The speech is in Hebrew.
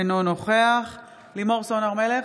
אינו נוכח לימור סון הר מלך,